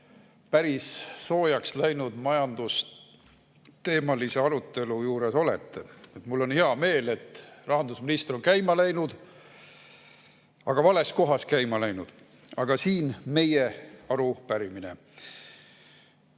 päris soojaks läinud majandusteemalise arutelu juures olete! Mul on hea meel, et rahandusminister on käima läinud – aga vales kohas on käima läinud. Siin on meie arupärimine.